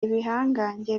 ibihangange